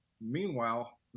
meanwhile